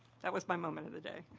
that was my moment of the day.